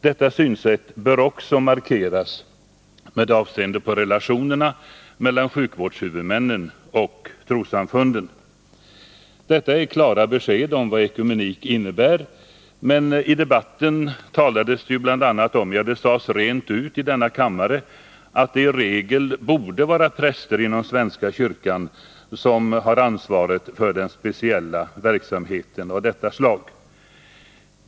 Detta synsätt bör också markeras med avseende på relationerna mellan sjukvårdshuvudmännen och trossamfunden.” Detta är klara besked om vad ekumenik innebär, men i debatten talades det bl.a. om—- ja, det sades rent ut i denna kammare —-att det ”i regel bör vara präster i svenska kyrkan som svarar för den särskilda verksamheten vid sjukhusen”.